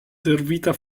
servita